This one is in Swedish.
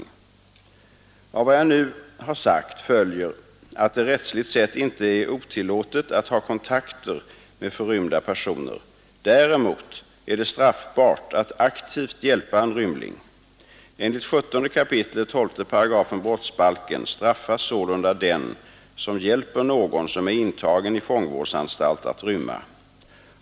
år polisen bl.a. genom att lämna upplys Av vad jag nu har sagt följer att det rättsligt sett inte är otillåtet att ha 49 kontakter med förrymda personer. Däremot är det straffbart att aktivt hjälpa en rymling. Enligt 17 kap. 12 § brottsbalken straffas sålunda den som hjälper någon som är intagen i fångvårdsanstalt att rymma.